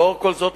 לנוכח כל זאת,